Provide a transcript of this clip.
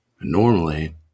Normally